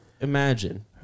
Imagine